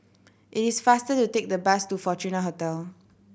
it is faster to take the bus to Fortuna Hotel